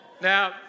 Now